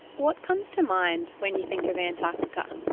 what comes to mind when you think of antarctica?